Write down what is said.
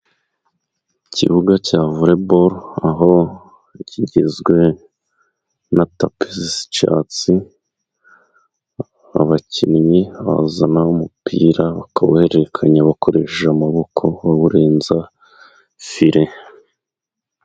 Ikibuga cya voreboro aho kigizwe na tapi zisa icyatsi, abakinnyi bazana umupira bakawuhererekanya bakoresheje amaboko, bawurenza fire.